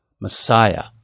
Messiah